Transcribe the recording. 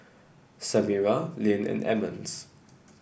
Samira Lynn and Emmons